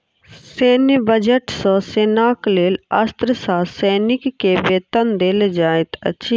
सैन्य बजट सॅ सेनाक लेल अस्त्र आ सैनिक के वेतन देल जाइत अछि